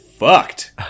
Fucked